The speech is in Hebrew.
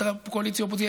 את הקואליציה והאופוזיציה,